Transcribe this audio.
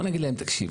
בואו נגיד להם תקשיבו,